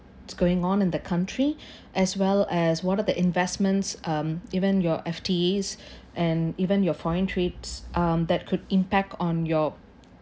it's going on in the country as well as what are the investments um even your F_T_E's and even your foreign trips um that could impact on your